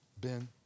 Ben